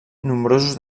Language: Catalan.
nombrosos